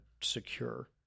secure